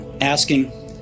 asking